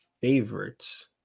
favorites